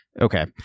Okay